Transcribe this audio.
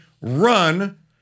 run